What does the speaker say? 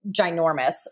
ginormous